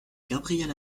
gabrielle